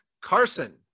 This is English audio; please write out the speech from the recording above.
Carson